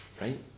Right